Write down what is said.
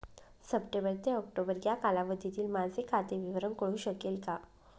September ते October या कालावधीतील माझे खाते विवरण कळू शकेल का?